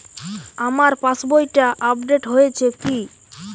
আমার পাশবইটা আপডেট হয়েছে কি?